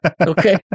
okay